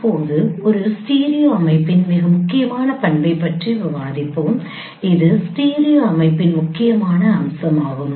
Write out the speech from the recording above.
இப்போது ஒரு ஸ்டீரியோ அமைப்பின் மிக முக்கியமான பண்பை பற்றி விவாதிப்போம் இது ஸ்டீரியோ அமைப்பின் முக்கியமான அம்சமாகும்